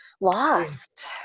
lost